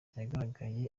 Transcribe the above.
yagaragaye